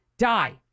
die